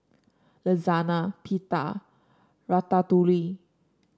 Lasagne Pita Ratatouille